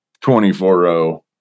24-0